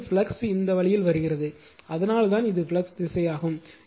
அதாவது ஃப்ளக்ஸ் இந்த வழியில் வருகிறது அதனால்தான் இது ஃப்ளக்ஸ் திசையாகும்